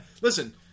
Listen